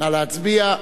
נא להצביע.